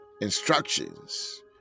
instructions